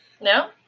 No